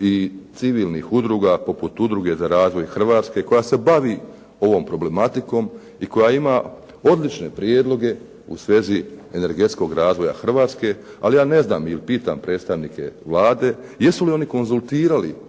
i civilnih udruga poput udruge "Za razvoj Hrvatske" koja se bavi ovom problematikom i koja ima odlične prijedloge u svezi energetskog razvoja Hrvatske, ali ja ne znam ili pitam predstavnike Vlade jesu li oni konzultirali takvu